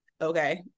okay